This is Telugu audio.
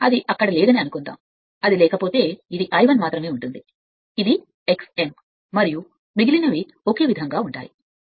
అది అక్కడ లేదని అనుకుందాం అది లేకపోతే ఇది I 1 మాత్రమే ఇది X m మరియు మిగిలినవి ఒకే విధంగా ఉంటాయి సరైనది